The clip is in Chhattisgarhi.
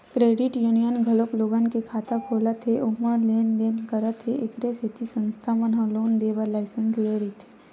क्रेडिट यूनियन घलोक लोगन के खाता खोलत हे ओमा लेन देन करत हे एखरे सेती संस्था मन ह लोन देय बर लाइसेंस लेय रहिथे